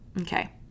Okay